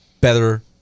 better